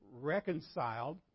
reconciled